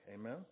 Amen